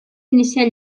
iniciar